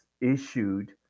issued